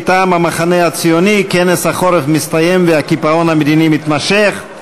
מטעם המחנה הציוני: כנס החורף מסתיים והקיפאון המדיני מתמשך.